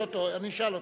הסכים, אני אשאל אותו.